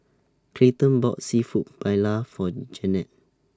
Clayton bought Seafood Paella For Jennette